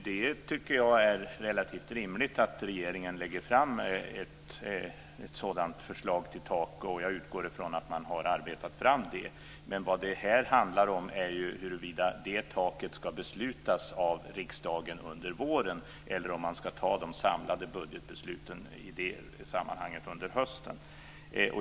Herr talman! Jag tycker att det är relativt rimligt att regeringen lägger fram ett sådant förslag till tak, och jag utgår från att man har arbetat fram det. Vad det här handlar om är huruvida det taket ska beslutas av riksdagen under våren eller om den ska fatta de samlade budgetbesluten i det sammanhanget under hösten.